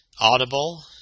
Audible